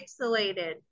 pixelated